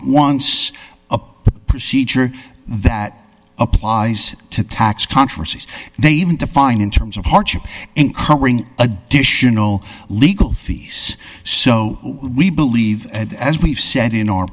once a procedure that applies to tax controversies they even define in terms of hardship incurring additional legal fees so we believe as we've said in our